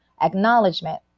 acknowledgement